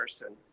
person